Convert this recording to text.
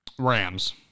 Rams